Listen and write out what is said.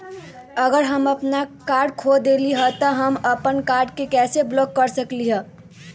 अगर हम अपन कार्ड खो देली ह त हम अपन कार्ड के कैसे ब्लॉक कर सकली ह?